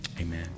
amen